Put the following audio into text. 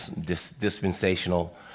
dispensational